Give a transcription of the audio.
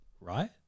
Right